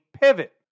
pivot